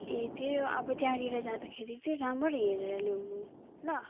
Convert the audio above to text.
ए त्यो अब त्यहाँनिर जाँदाखेरि चाहिँ रामरी हेरेर ल्याउनु ल